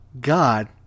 God